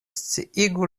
sciigu